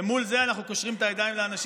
שמישהו יעיר אותו.